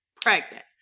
pregnant